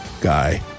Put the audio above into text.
guy